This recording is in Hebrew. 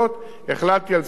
ואני עומד מאחוריו,